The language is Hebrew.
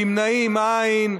נמנעים, אין.